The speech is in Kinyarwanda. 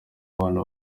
ababana